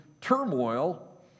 turmoil